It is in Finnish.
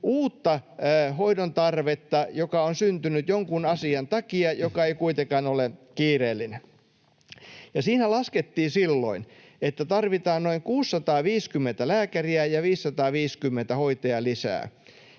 uutta hoidontarvetta, joka on syntynyt jonkun asian takia, joka ei kuitenkaan ole kiireellinen. Ja siinä laskettiin silloin, että tarvitaan noin 650 lääkäriä ja 550 hoitajaa lisää.